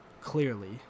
Clearly